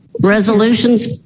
Resolutions